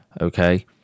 Okay